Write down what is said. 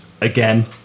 again